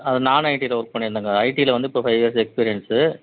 அது நான் ஐடியில் ஒர்க் பண்ணியிருந்தேங்க ஐடியில் வந்து இப்போ ஃபைவ் இயர்ஸ் எக்ஸ்பீரியன்ஸு